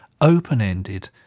open-ended